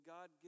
God